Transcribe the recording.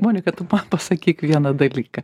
monika tu man pasakyk vieną dalyką